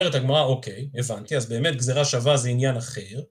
אומרת הגמרא אוקיי, הבנתי. אז באמת גזירה שווה זה עניין אחר,